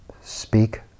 speak